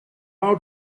out